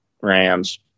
Rams